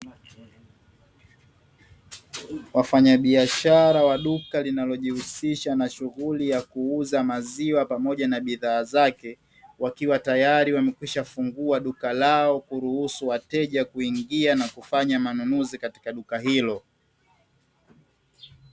Wafanyabiashara wa duka linalojihusisha na shughuli ya kuuza maziwa pamoja na bidhaa zake, wakiwa tayari wamekwisha fungua duka lao kuruhusu wateja kuingia na kufanya manunuzi katika duka hilo.